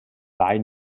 wahl